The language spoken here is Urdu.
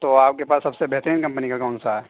تو آپ کے پاس سب سے بہترین کمپنی کا کون سا ہے